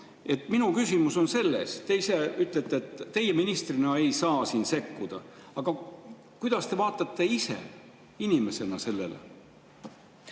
Minu küsimus on selles: te ütlete, et teie ministrina ei saa siin sekkuda, aga kuidas te ise inimesena sellele